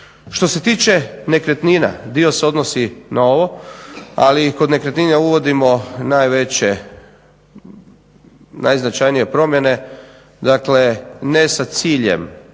Što se tiče nekretnina dio se odnosi na ovo, ali i kod nekretnine uvodimo najveće, najznačanije promjene. Dakle, ne sa ciljem